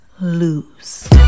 lose